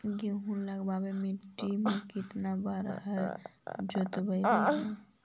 गेहूं लगावेल मट्टी में केतना बार हर जोतिइयै?